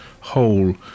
whole